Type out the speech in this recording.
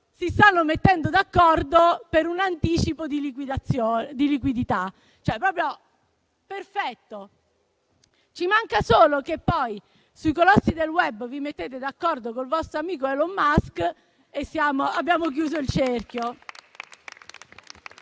si stanno mettendo d'accordo per un anticipo di liquidità. Perfetto, ci manca solo che poi sui colossi del *web* vi mettiate d'accordo col vostro amico Elon Musk e abbiamo chiuso il cerchio.